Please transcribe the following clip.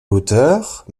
hauteurs